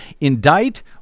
Indict